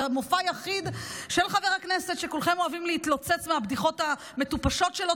מופע היחיד של חבר הכנסת שכולכם אוהבים להתלוצץ מהבדיחות המטופשות שלו,